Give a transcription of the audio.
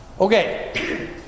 Okay